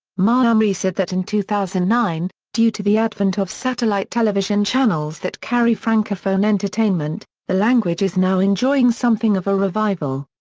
maamri said that in two thousand and nine, due to the advent of satellite television channels that carry francophone entertainment, the language is now enjoying something of a revival.